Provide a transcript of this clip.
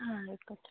ആ ആയിക്കോട്ടെ